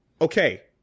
okay